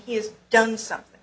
he's done something